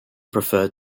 preferred